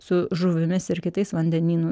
su žuvimis ir kitais vandenynų